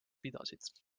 pidasid